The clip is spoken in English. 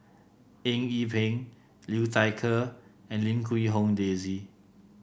Eng Yee Peng Liu Thai Ker and Lim Quee Hong Daisy